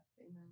Amen